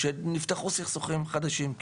שנפתחו סכסוכים חדשים.